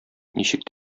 ничек